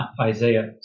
Isaiah